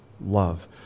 love